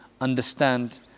understand